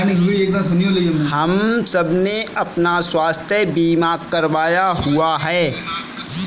हम सबने अपना स्वास्थ्य बीमा करवाया हुआ है